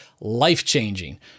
life-changing